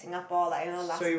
Singapore like you know last